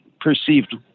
perceived